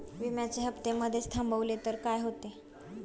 विम्याचे हफ्ते मधेच थांबवले तर काय होते?